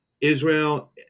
Israel